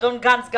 אדון גנץ,